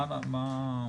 מה,